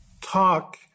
talk